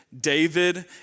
David